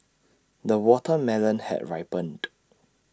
the watermelon has ripened